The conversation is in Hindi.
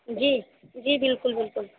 जी जी बिल्कुल बिल्कुल